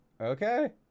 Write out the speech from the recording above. okay